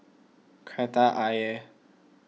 Kreta Ayer